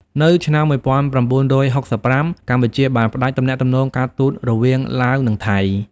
នៅឆ្នាំ១៩៦៥ កម្ពុជាបានផ្តាច់ទំនាក់ទំនងការទូតរវាងឡាវ និងថៃ។